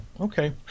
okay